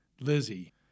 Lizzie